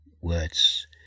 words